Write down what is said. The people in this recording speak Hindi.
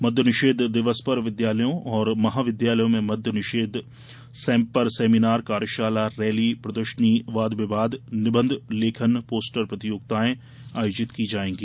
मद्य निषेध दिवस पर विद्यालयों तथा महाविद्यालयों में मद्य निषेध पर सेमीनार कार्यशाला रैली प्रदर्शनी वाद विवाद निबंध लेखन पोस्टर प्रतियोगिताएं नाटक आदि का आयोजन किया जाएगा